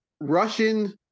Russian